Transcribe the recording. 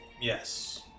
Yes